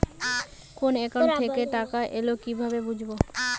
কোন একাউন্ট থেকে টাকা এল কিভাবে বুঝব?